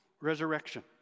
resurrection